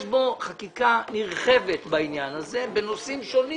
יש בו חקיקה נרחבת בעניין הזה בנושאים שונים